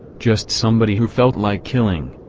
just somebody who felt like killing.